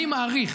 אני מעריך,